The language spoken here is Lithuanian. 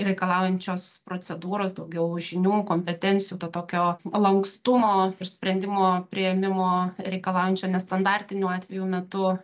reikalaujančios procedūros daugiau žinių kompetencijų to tokio lankstumo ir sprendimo priėmimo reikalaujančio nestandartinių atvejų metu